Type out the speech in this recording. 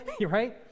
right